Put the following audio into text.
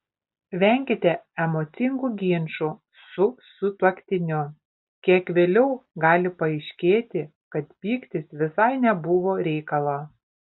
venkite emocingų ginčų su sutuoktiniu kiek vėliau gali paaiškėti kad pyktis visai nebuvo reikalo